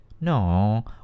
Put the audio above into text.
no